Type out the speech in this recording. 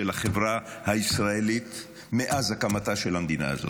החברה הישראלית מאז הקמתה של המדינה הזאת,